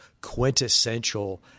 quintessential